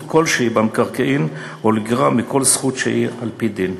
כלשהי במקרקעין או לגרוע מכל זכות שהיא על-פי דין.